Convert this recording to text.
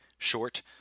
Short